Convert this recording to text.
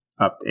update